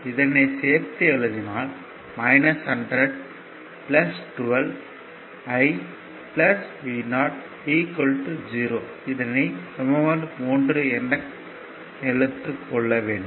இதனை சேர்த்து எழுதினால் 100 12 I Vo 0 என கிடைக்கும்